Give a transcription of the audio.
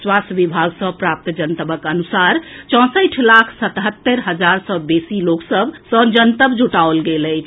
स्वास्थ्य विभाग सँ प्राप्त जनतबक अनुसार चौंसठि लाख सहत्तहरि हजार सँ बेसी लोक सभ सँ जनतब जुटाओल गेल अछि